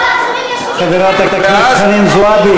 יש חוקים גזעניים.